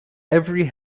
every